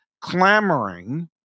clamoring